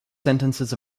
sentences